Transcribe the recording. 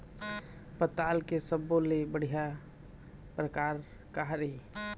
पताल के सब्बो ले बढ़िया परकार काहर ए?